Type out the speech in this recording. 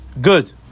Good